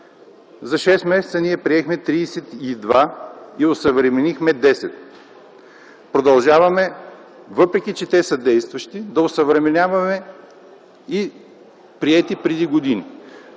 За 6 месеца ние приехме 32 и осъвременихме 10. Продължаваме, въпреки че те са действащи, да осъвременяваме и приети преди години.